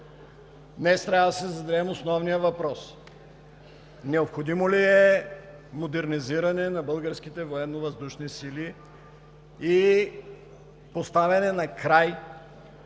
Днес трябва да си зададем основния въпрос: необходимо ли е модернизиране на българските Военновъздушни сили и поставяне край